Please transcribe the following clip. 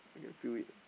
I can feel it